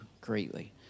greatly